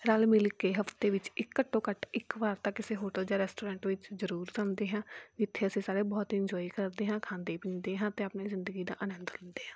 ਰਲ ਮਿਲ ਕੇ ਹਫਤੇ ਵਿੱਚ ਇੱਕ ਘੱਟੋ ਘੱਟ ਇੱਕ ਵਾਰ ਤਾਂ ਕਿਸੇ ਹੋਟਲ ਜਾਂ ਰੈਸਟੋਰੈਂਟ ਵਿੱਚ ਜ਼ਰੂਰ ਜਾਂਦੇ ਹਾਂ ਜਿੱਥੇ ਅਸੀਂ ਸਾਰੇ ਬਹੁਤ ਇੰਜੋਏ ਕਰਦੇ ਹਾਂ ਖਾਂਦੇ ਪੀਂਦੇ ਹਾਂ ਅਤੇ ਆਪਣੇ ਜ਼ਿੰਦਗੀ ਦਾ ਆਨੰਦ ਲੈਂਦੇ ਹਾਂ